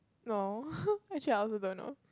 no actually I also don't know